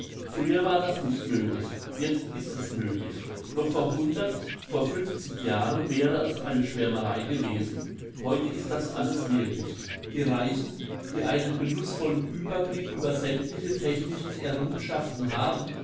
früher war es nicht möglich jetzt ist es möglich noch vor hundert vor fünfzig jahren wäre es eine schwärmerei gewesen heute ist das alles wirklich die reichen die einen genussvollen ueberblick über sämmtliche technischen errungenschaften haben